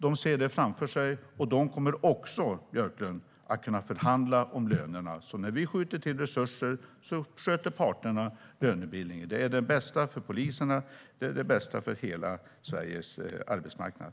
De ser det framför sig, och de kommer också att kunna förhandla om lönerna. När vi skjuter till resurser sköter parterna lönebildningen. Det är det bästa för poliserna, och det är det bästa för hela Sveriges arbetsmarknad.